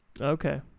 Okay